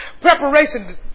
Preparation